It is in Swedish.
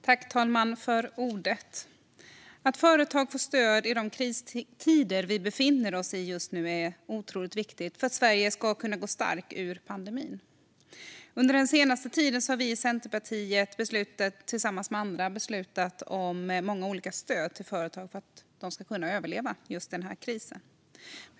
Fru talman! Att företag får stöd i de kristider vi befinner oss i just nu är otroligt viktigt för att Sverige ska kunna gå starkt ur pandemin. Under det senaste tiden har vi i Centerpartiet tillsammans med andra beslutat om många olika stöd till företag för att de ska kunna överleva denna kris.